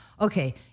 okay